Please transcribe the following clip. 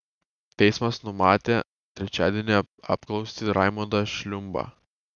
teismas numatė trečiadienį apklausti raimondą šliumbą